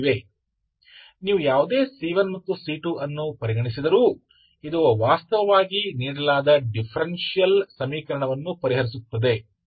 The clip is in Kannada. ನೀವು ಯಾವುದೇ C1ಮತ್ತು C2 ಅನ್ನು ಪರಿಗಣಿಸಿದರೂ ಇದು ವಾಸ್ತವವಾಗಿ ನೀಡಲಾದ ಡಿಫರೆನ್ಷಿಯಲ್ ಸಮೀಕರಣವನ್ನು ಪರಿಹರಿಸುತ್ತದೆ